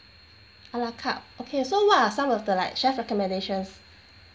a la carte okay so what are some of the like chef recommendations